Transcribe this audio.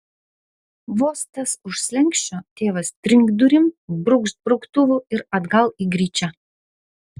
vos tas už slenksčio tėvas trinkt durim brūkšt brauktuvu ir atgal į gryčią